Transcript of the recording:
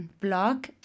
blog